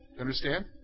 understand